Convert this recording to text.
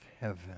heaven